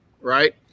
right